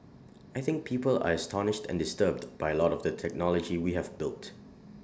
I think people are astonished and disturbed by A lot of the technology we have built